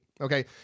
Okay